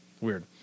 Weird